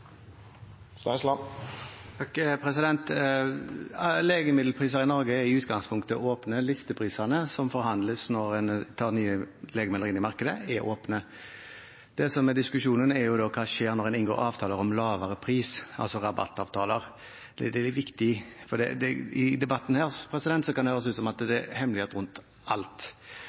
Legemiddelpriser i Norge er i utgangspunktet åpne. Listeprisene, som forhandles når en tar nye legemidler inn i markedet, er åpne. Det som er diskusjonen, er: Hva skjer når en inngår avtaler om lavere pris, altså rabattavtaler? Det er det viktige. I debatten her kan det høres ut som om det er hemmelighet rundt alt.